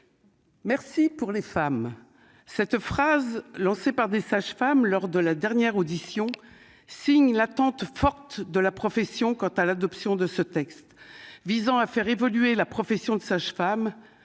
Merci pour les femmes, cette phrase lancée par des sages-femmes, lors de la dernière audition signe l'attente forte de la profession quant à l'adoption de ce texte visant à faire évoluer la profession de sage-femme